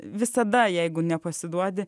visada jeigu nepasiduodi